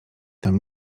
tam